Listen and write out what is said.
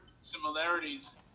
similarities